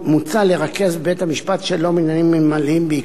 מוצע לרכז בבית-משפט השלום לעניינים מינהליים בעיקר